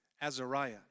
Azariah